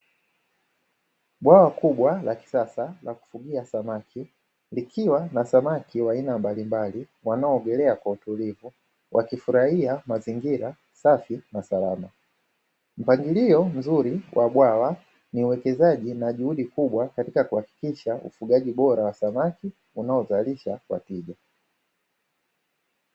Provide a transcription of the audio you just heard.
Bwawa kubwa la kisasa la kufugia samaki likiwa na samaki wa aina mbalimbali wanaoogelea kwa utulivu wakifurahia mazingira safi na salama. Mpangilio mzuri wa bwawa ni uwekezaji na juhudi kubwa katika kuhakikisha ufugaji bora wa samaki unaozalisha kwa tija.